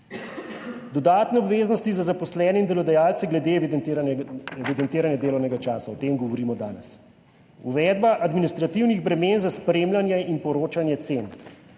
Dodatne obveznosti za zaposlene in delodajalce glede evidentiranja delovnega časa, o tem govorimo danes. Uvedba administrativnih bremen za spremljanje in poročanje cen,